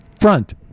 front